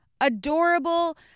adorable